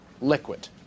liquid